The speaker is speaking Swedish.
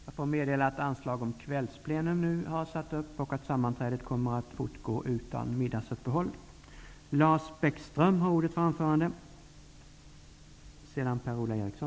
Jag får meddela att anslag nu har satts upp om att detta sammanträde skall fortsätta efter kl. 19.00.